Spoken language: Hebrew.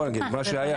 מה שהיה.